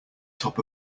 top